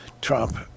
Trump